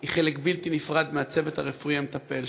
היא חלק בלתי נפרד מהצוות הרפואי המטפל,